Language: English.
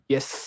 Yes